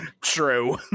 True